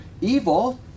evil